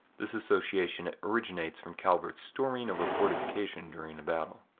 this association originates from calvert's storming of a fortification during a battle.